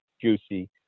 juicy